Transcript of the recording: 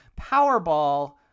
Powerball